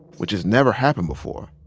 which has never happened before.